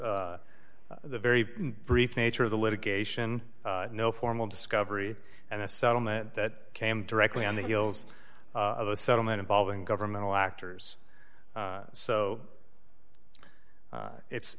the very brief nature of the litigation no formal discovery and a settlement that came directly on the heels of a settlement involving governmental actors so it's